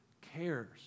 cares